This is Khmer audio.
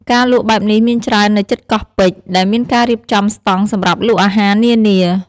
ការលក់បែបនេះមានច្រើននៅជិតកោះពេជ្រ ដែលមានការរៀបចំស្តង់សម្រាប់លក់អាហារនានា។